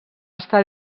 estar